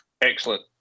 Excellent